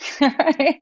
right